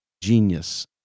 genius